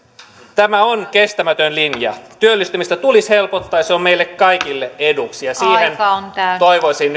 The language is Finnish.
tämä on kestämätön linja työllistymistä tulisi helpottaa ja se on meille kaikille eduksi ja siihen toivoisin